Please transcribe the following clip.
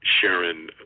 Sharon